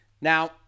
Now